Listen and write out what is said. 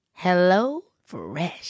HelloFresh